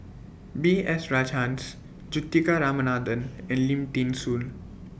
B S Rajhans Juthika Ramanathan and Lim Thean Soo